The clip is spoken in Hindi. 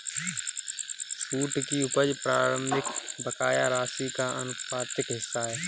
छूट की उपज प्रारंभिक बकाया राशि का आनुपातिक हिस्सा है